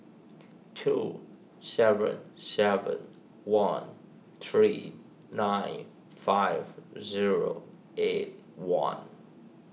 two seven seven one three nine five zero eight one